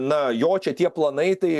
na jo čia tie planai tai